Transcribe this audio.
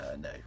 No